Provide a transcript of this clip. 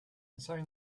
inside